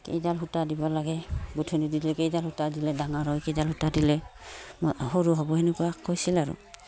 কেইডাল সূতা দিব লাগে গোঁঠনি দিলে কেইডাল সূতা দিলে ডাঙৰ হয় কেইডাল সূতা দিলে সৰু হ'ব সেনেকুৱাকৈ কৈছিল আৰু